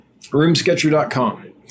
RoomSketcher.com